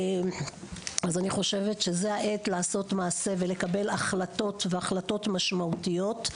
אז אני חושבת שזו העת לעשות מעשה ולקבל החלטות והחלטות משמעותיות.